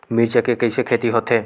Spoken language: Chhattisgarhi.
मिर्च के कइसे खेती होथे?